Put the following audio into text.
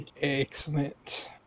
Excellent